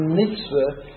mitzvah